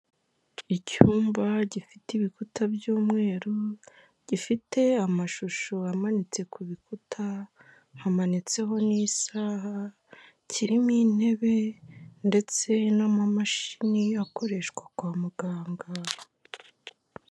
Icyumba gifite ibikuta by'umweru, gifite amashusho amanitse ku bikuta, hamanitseho n'isaha, kirimo intebe ndetse n'amamashini akoreshwa kwa muganga.